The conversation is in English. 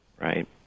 Right